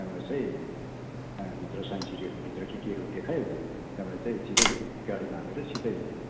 त्यहाँबाट चाहिँ त्यहाँ भित्र साइन्स सिटीहरूभित्र के केहरू देखायो त्यहाँबाट चैँ सिधै गाडीमा हालेर सिधै हामी